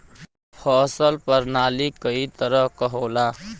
फसल परनाली कई तरह क होला